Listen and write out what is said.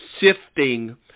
Sifting